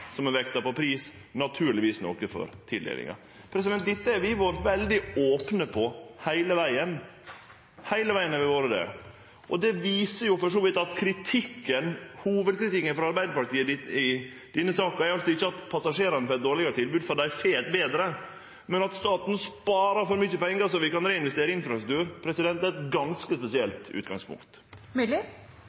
som var vekta på pris, naturlegvis noko for tildelinga. Det har vi vore veldig opne på heile vegen – heile vegen har vi vore det. Det viser for så vidt at hovudkritikken frå Arbeidarpartiet i denne saka ikkje er at passasjerane får eit dårlegare tilbod – for dei får eit betre tilbod – men at staten sparer for mykje pengar som vi kan reinvestere i infrastruktur. Det er eit ganske spesielt